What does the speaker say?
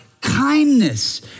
kindness